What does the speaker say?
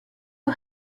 who